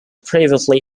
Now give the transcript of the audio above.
previously